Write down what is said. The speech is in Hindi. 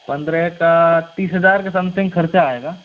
पंद्रह का तीस हज़ार के समथिंग ख़र्चा आएगा